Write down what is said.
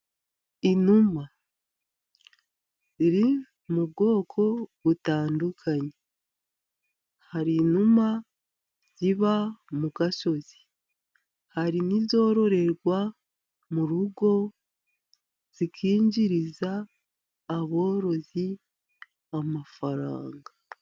Inuma ziri mu bwoko butandukanye, hari inuma ziba mu gasozi hari n'izororerwa mu rugo zikinjiriza aborozi amafaranga.